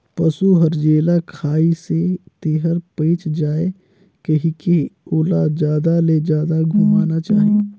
पसु हर जेला खाइसे तेहर पयच जाये कहिके ओला जादा ले जादा घुमाना चाही